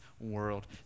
world